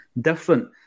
different